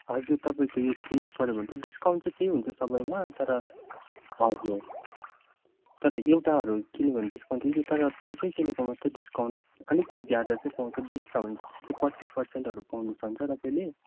हजुर तपाईँको यो किन्नुपऱ्यो भने त डिस्काउन्ट चाहिँ त्यही हुन्छ सबैमा तर हजुर तर एउटाहरू किन्यो भने डिस्काउन्ट ठिकै थियो कि तर थुप्रै किनेकोमा चाहिँ डिस्काउन्ट अलिक ज्यादा चाहिँ पाउँछ बिस छ भने त्यस्तै पच्चिस पर्सेन्टहरू पाउनु हुन्छ तपाईँले